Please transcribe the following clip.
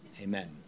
amen